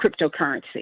cryptocurrency